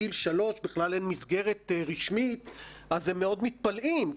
גיל שלוש בכלל אין מסגרת רשמית אז הם מאוד מתפלאים.